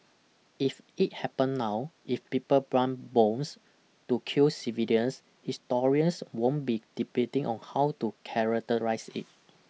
if it happen now if people plant bombs to kill civilians historians won't be debating on how to characterise it